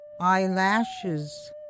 Eyelashes